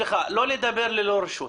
סליחה, לא לדבר ללא רשות.